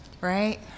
Right